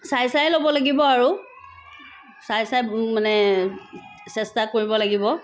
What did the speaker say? চাই চাই ল'ব লাগিব আৰু চাই চাই মানে চেষ্টা কৰিব লাগিব